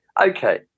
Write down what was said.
Okay